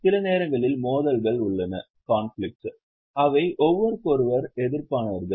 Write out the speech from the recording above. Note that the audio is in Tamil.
சில நேரங்களில் மோதல்கள் உள்ளன அவை ஒருவருக்கொருவர் எதிர்பானவர்கள்